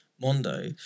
Mondo